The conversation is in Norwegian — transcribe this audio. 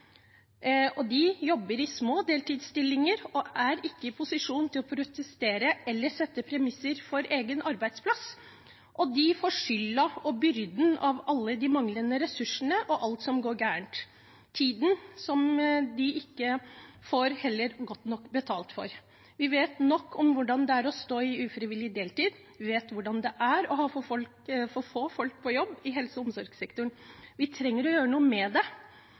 og de jobber i små deltidsstillinger og er ikke i posisjon til å protestere eller sette premisser for egen arbeidsplass. De får byrden av alle de manglende ressursene og skylda for alt som går gærent. De får heller ikke godt nok betalt for tiden på jobb. Vi vet nok om hvordan det er å stå i ufrivillig deltid. Vi vet hvordan det er å ha for få folk på jobb i helse- og omsorgssektoren. Vi trenger å gjøre noe med det.